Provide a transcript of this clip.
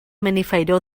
benifairó